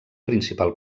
principal